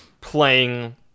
playing